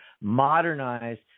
modernized